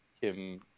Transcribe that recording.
Kim